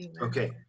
Okay